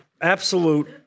absolute